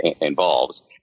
involves